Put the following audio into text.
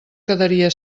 quedaria